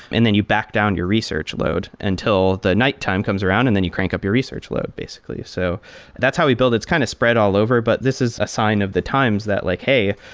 and then you back down your research load until the nighttime comes around and then you crank up your research load basically. so that's how we built it. it's kind of spread all over, but this is a sign of the times that like, hey,